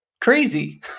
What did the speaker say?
crazy